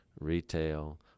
retail